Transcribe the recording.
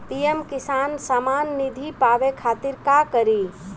PM किसान समान निधी पावे खातिर का करी?